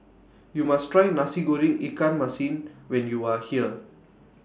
YOU must Try Nasi Goreng Ikan Masin when YOU Are here